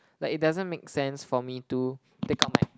like it doesn't make sense for me to take out my